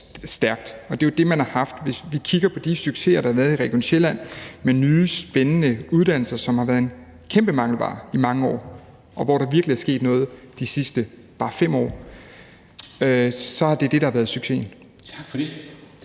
stærkt. Det er jo det, man har haft. Det, der har været succeserne i Region Sjælland, har handlet om nye spændende uddannelser, som har været en kæmpe mangelvare i mange år, og dér er der virkelig sket noget de sidste bare 5 år – så det er det, der har været succesen.